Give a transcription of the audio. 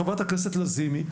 חברת הכנסת לזימי,